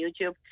YouTube